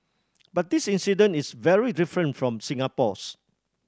but this incident is very different from Singapore's